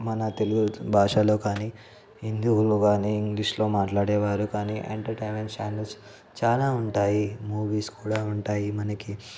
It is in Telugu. మన తెలుగు భాషలో కానీ హిందువులు కానీ ఇంగ్లీష్లో మాట్లాడే వారు కానీ ఎంటర్టైన్మెంట్ ఛానల్స్ చాలా ఉంటాయి మూవీస్ కూడా ఉంటాయి మనకి